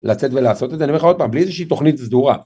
לצאת ולעשות אני אומר לך עוד פעם, בלי איזושהי תוכנית סדורה.